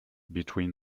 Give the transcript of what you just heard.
between